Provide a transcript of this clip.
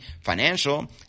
financial